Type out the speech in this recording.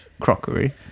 crockery